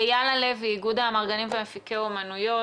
אייל הלוי, איגוד האמרגנים ומפיקי האומנויות.